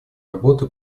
работы